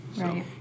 Right